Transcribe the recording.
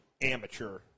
amateur